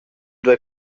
duei